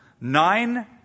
Nine